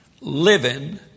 living